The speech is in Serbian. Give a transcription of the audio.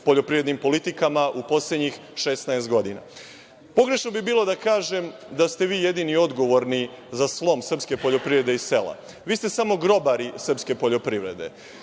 poljoprivrednim politikama u poslednjih 16 godina. Pogrešno bi bilo da kažem da ste vi jedini odgovorni za slom srpske poljoprivrede i sela, vi ste samo grobari srpske poljoprivrede.